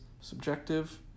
subjective